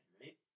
right